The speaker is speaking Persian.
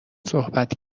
صحبت